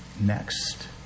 next